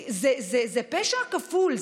זה פשע כפול,